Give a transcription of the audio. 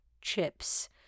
Chips